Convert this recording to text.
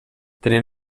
tenien